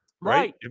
Right